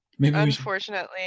Unfortunately